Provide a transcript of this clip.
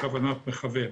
כוונת מכוון.